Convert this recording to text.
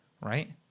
right